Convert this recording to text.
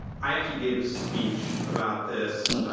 i actually gave a speech about this.